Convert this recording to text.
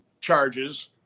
charges